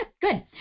good